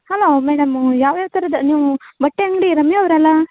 hello madam ಯಾವ ಯಾವ ಥರದ ನೀವು ಬಟ್ಟೆ ಅಂಗಡಿ ರಮ್ಯ ಅವ್ರಲ್ಲಾ